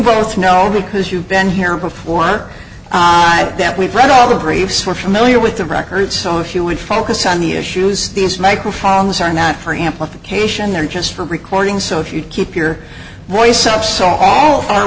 both know because you've been here before or that we've read all the briefs were familiar with the records so if you would focus on the issues these microphones are not for amplification they're just for recording so if you keep your voice up so all our